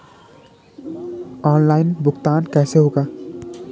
Online भुगतान कैसे होगा?